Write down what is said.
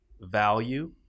value